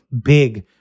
big